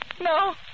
No